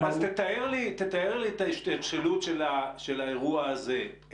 תתאר לי את השתלשלות של האירוע הזה,